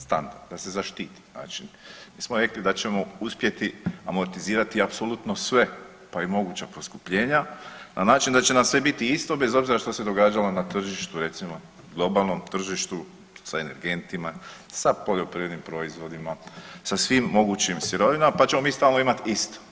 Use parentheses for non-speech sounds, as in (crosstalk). Standard, da se zaštiti … (unintelligible) mi smo rekli da ćemo uspjeti amortizirati apsolutno sve pa i moguća poskupljenja na način da će nam sve biti isto bez obzira što se događalo na tržištu, recimo globalnom tržištu sa energentima, sa poljoprivrednim proizvodima, sa svim mogućim sirovinama pa ćemo mi stalno imat isto.